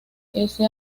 ese